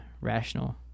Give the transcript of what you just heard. rational